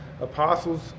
apostles